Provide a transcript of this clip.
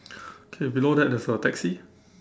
okay below that there's a taxi